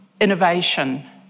innovation